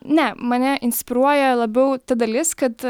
ne mane inspiruoja labiau dalis kad